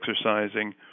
exercising